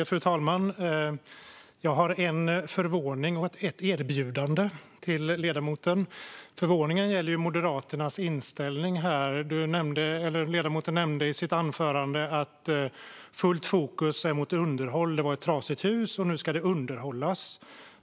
Fru talman! Jag har en förvånad fråga och ett erbjudande till ledamoten. Förvåningen gäller Moderaternas inställning här. Ledamoten nämnde i sitt anförande att fullt fokus är på underhåll. Det är ett trasigt hus, och nu ska det underhållas.